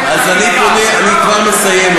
אני כבר מסיים,